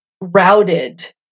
routed